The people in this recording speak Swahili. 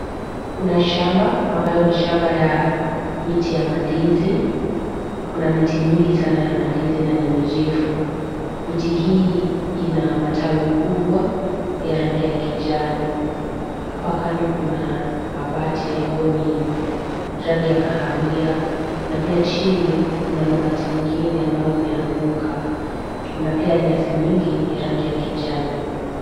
Kuna shamba ambayo ni shamba ya miti ya mandizi. Kuna miti nyingi sana na ni mirefu. Miti hii ina matawi kubwa ya rangi ya kijani. Hapa kando kuna mabati ambayo ni rangi ya kahawia na pia chini kuna mabati ingine ambayo imeanguka. Kuna pia nyasi nyingi ya rangi ya kijani.